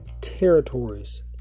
territories